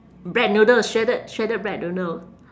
bread noodle shredded shredded bread noodle